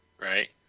Right